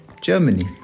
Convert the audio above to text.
Germany